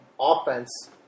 offense